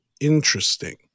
interesting